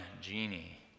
genie